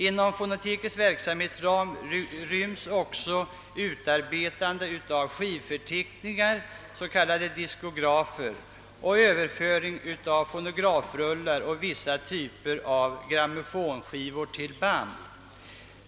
Inom fonotekets verksamhetsram ryms också utarbetandet av skivförteckningar, s.k. diskografer, och överföring av fonografrullar och vissa typer av grammofonskivor till band.